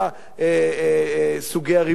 סוגי הריביות,